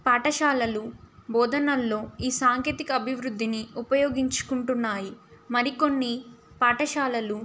పాఠశాలలు బోధనల్లో ఈ సాంకేతిక అభివృద్ధిని ఉపయోగించుకుంటున్నాయి మరికొన్ని పాఠశాలలు